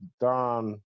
Don